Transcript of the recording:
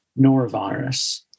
norovirus